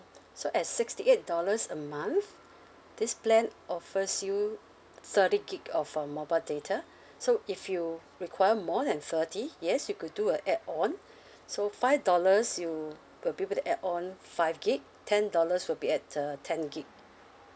so at sixty eight dollars a month this plan offers you thirty gig of uh mobile data so if you require more than thirty yes you could do a add on so five dollars you will be able to add on five gig ten dollars will be at uh ten gig